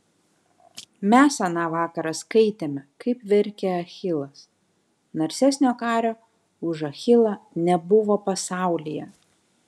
mes aną vakarą skaitėme kaip verkė achilas narsesnio kario už achilą nebuvo pasaulyje